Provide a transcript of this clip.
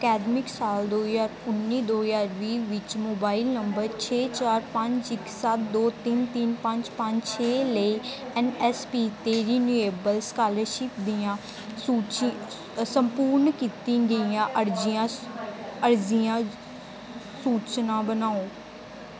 ਅਕਾਦਮਿਕ ਸਾਲ ਦੋ ਹਜ਼ਾਰ ਉੱਨੀ ਦੋ ਹਜ਼ਾਰ ਵੀਹ ਵਿੱਚ ਮੋਬਾਈਲ ਨੰਬਰ ਛੇ ਚਾਰ ਪੰਜ ਇੱਕ ਸੱਤ ਦੋ ਤਿੰਨ ਤਿੰਨ ਪੰਜ ਪੰਜ ਛੇ ਲਈ ਐਨ ਐਸ ਪੀ 'ਤੇ ਰਿਨਿਵੇਲ ਸਕਾਲਰਸ਼ਿਪ ਦੀਆਂ ਸੂਚੀ ਸੰਪੂਰਨ ਕੀਤੀਆਂ ਗਈਆਂ ਅਰਜ਼ੀਆਂ ਸ ਅਰਜ਼ੀਆਂ ਸੂ ਸੂਚਨਾ ਬਣਾਓ